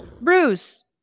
Bruce